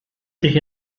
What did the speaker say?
sich